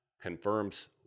confirms